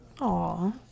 Aw